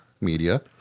media